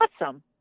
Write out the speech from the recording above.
Awesome